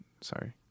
Sorry